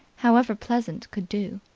however pleasant, could do.